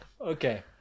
okay